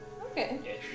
Okay